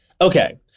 okay